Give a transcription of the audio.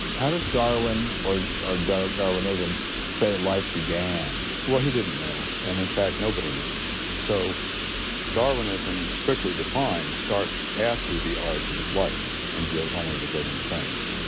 how does darwin or or darwinism say life began? well, he didn't know. and, in fact, nobody knows. so darwinism, strictly defined, starts after the origin of life and deals only with living things.